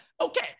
Okay